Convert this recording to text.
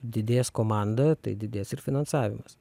didės komanda tai didės ir finansavimas